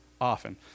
often